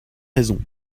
raisons